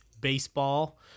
baseball